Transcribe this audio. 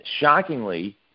shockingly